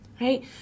right